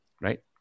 Right